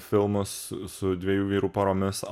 filmus su dviejų vyrų poromis